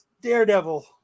Daredevil